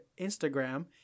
Instagram